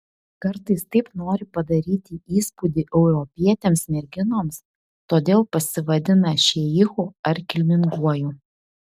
kartais taip nori padaryti įspūdį europietėms merginoms todėl pasivadina šeichu ar kilminguoju